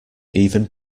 even